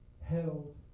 held